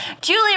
Julie